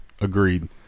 Agreed